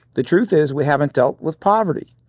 the truth is we haven't dealt with poverty.